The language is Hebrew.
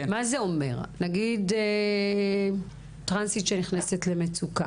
נניח טרנסית שנכנסת למצוקה,